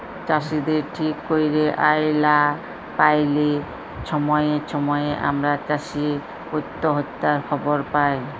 চাষীদের ঠিক ক্যইরে আয় লা প্যাইলে ছময়ে ছময়ে আমরা চাষী অত্যহত্যার খবর পায়